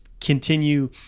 continue